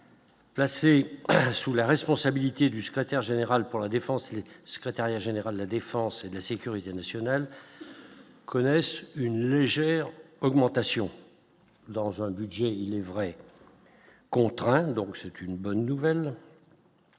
Placé sous la responsabilité du secrétaire général pour la défense et secrétariat général de la défense et de la sécurité nationale, connaissent une légère augmentation dans un budget il est vrai, contraint, donc c'est une bonne nouvelle,